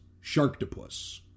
Sharktopus